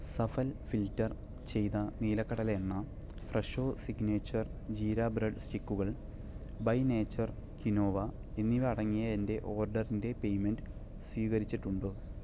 Safal filter ചെയ്ത നിലക്കടല എണ്ണ ഫ്രെഷോ സിഗ്നേച്ചർ ജീര ബ്രെഡ് സ്റ്റിക്കുകൾ ബൈ നേച്ചർ കിനോവ എന്നിവ അടങ്ങിയ എന്റെ ഓർഡറിന്റെ പേയ്മെന്റ് സ്വീകരിച്ചിട്ടുണ്ടോ